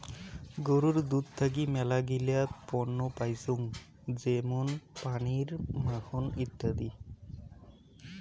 গরুর দুধ থাকি মেলাগিলা পণ্য পাইচুঙ যেমন পনির, মাখন ইত্যাদি